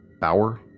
Bauer